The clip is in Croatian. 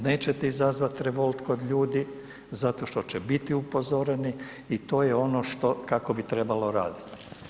Nećete izazvati revolt kod ljudi zato što će biti upozoreni i to je ono što kako bi trebalo raditi.